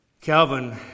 Calvin